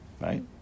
right